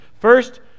First